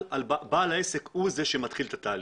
בעל העסק הוא זה שמתחיל את התהליך.